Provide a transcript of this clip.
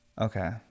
Okay